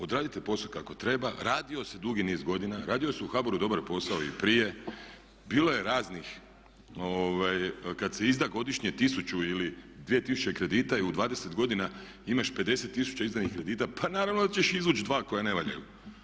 Odradite posao kako treba, radio se dugi niz godina, radi se u HBOR-u dobar posao i prije, bilo je raznih kada se izda godišnje tisuću ili 2000 kredita i u 20 godina imaš 50 tisuća izdanih kredita pa naravno da ćeš izvući dva koja ne valjaju.